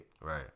right